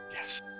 Yes